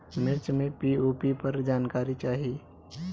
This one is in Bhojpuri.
मिर्च मे पी.ओ.पी पर जानकारी चाही?